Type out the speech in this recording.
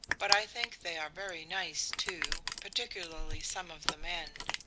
but i think they are very nice, too, particularly some of the men.